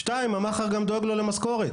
שתיים, המאכער גם דואג לו למשכורת,